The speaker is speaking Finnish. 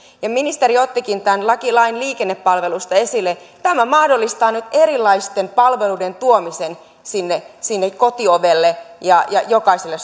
ministeri ottikin lain liikennepalvelusta esille tämä mahdollistaa nyt erilaisten palveluiden tuomisen sinne sinne kotiovelle ja jokaiselle